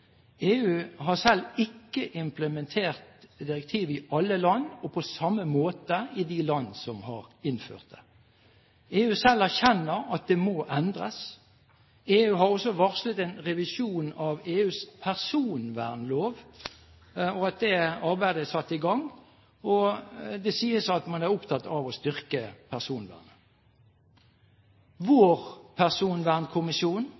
EU har selv ikke implementert direktivet i alle land eller på samme måte i de land som har innført det. EU selv erkjenner at det må endres. EU har også varslet en revisjon av EUs personvernlov og at det arbeidet er satt i gang, og det sies at man er opptatt av å styrke personvernet.